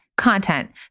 content